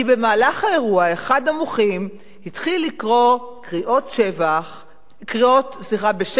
במהלך האירוע אחד המוחים התחיל לקרוא קריאות בשבח השהידים,